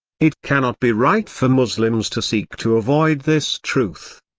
it cannot be right for muslims to seek to avoid this truth.